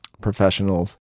professionals